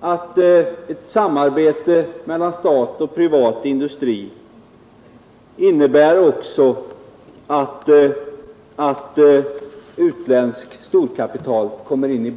att ett samarbete mellan stat och privat industri innebär att utländskt storkapital kommer in i bilden.